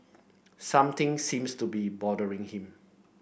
something seems to be bothering him